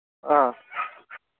ꯑꯥ